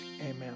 Amen